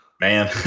Man